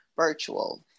Virtual